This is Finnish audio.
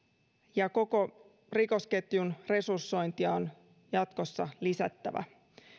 ja koko rikosketjun resursointia on jatkossa lisättävä